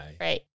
Right